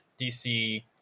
DC